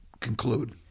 conclude